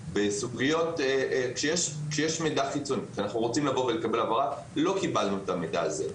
אנחנו לא מקבלים את המידע הזה,